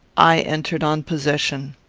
i entered on possession.